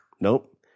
nope